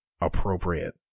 appropriate